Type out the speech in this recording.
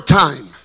time